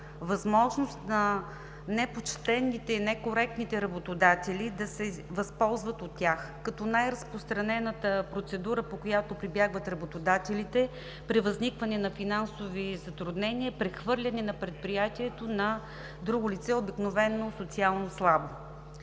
възможност на непочтените и некоректните работодатели да се възползват от тях, като най-разпространената процедура, до която прибягват работодателите при възникване на финансови затруднения – прехвърляне на предприятието на друго лице, обикновено социално слабо.